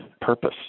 purpose